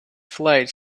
flight